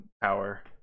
power